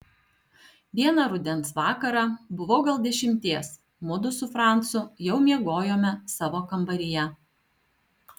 vieną rudens vakarą buvau gal dešimties mudu su francu jau miegojome savo kambaryje